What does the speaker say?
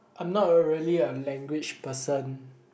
I'm not really a language person